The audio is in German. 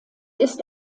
ist